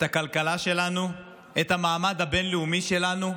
את הכלכלה שלנו, את המעמד הבין-לאומי שלנו.